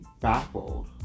baffled